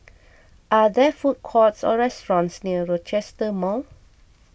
are there food courts or restaurants near Rochester Mall